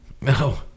No